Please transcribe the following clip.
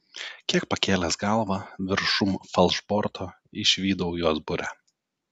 kiek pakėlęs galvą viršum falšborto išvydau jos burę